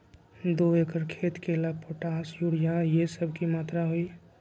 दो एकर खेत के ला पोटाश, यूरिया ये सब का मात्रा होई?